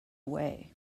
way